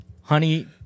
Honey